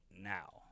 now